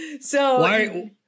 So-